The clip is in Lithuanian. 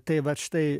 tai vat štai